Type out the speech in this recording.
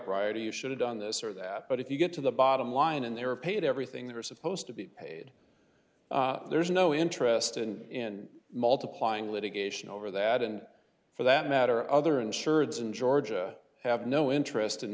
or you should have done this or that but if you get to the bottom line and they're paid everything they're supposed to be paid there's no interest in multiplying litigation over that and for that matter other insureds in georgia have no interest in